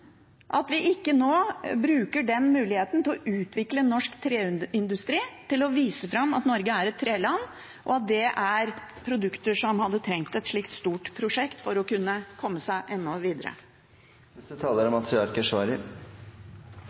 at vi ikke nå bruker denne muligheten til å utvikle norsk treindustri og vise fram at Norge er et treland, og at det er produkter som hadde trengt et slikt stort prosjekt for å kunne komme seg videre. Det er